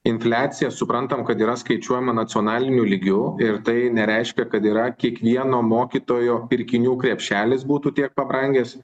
infliacija suprantam kad yra skaičiuojama nacionaliniu lygiu ir tai nereiškia kad yra kiekvieno mokytojo pirkinių krepšelis būtų tiek pabrangęs